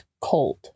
cold